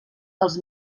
els